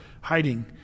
hiding